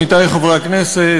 עמיתי חברי הכנסת,